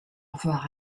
revoir